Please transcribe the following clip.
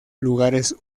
lugares